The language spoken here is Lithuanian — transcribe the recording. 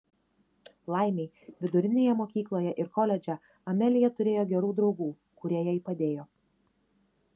laimei vidurinėje mokykloje ir koledže amelija turėjo gerų draugų kurie jai padėjo